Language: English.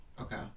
Okay